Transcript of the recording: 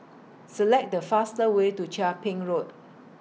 Select The fastest Way to Chia Ping Road